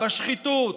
בשחיתות,